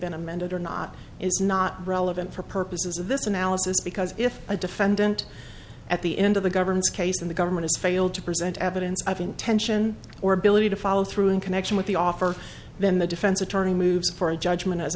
been amended or not is not relevant for purposes of this analysis because if a defendant at the end of the government's case in the government has failed to present evidence of intention or ability to follow through in connection with the offer then the defense attorney moves for a judgment as a